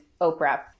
Oprah